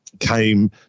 came